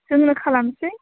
जोंनो खालामनोसै